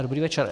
Dobrý večer.